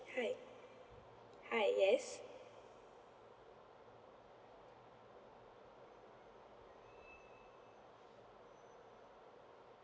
hi hi yes